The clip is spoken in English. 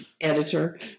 editor